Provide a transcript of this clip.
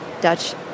Dutch